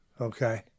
okay